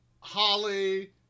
Holly